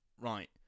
Right